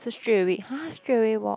so straight away hah straight away walk